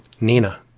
nina